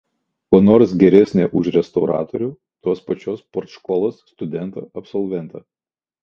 kuo nors geresnė už restauratorių tos pačios partškolos studentą absolventą